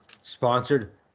sponsored